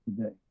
today